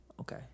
Okay